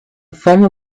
former